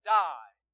die